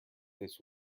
this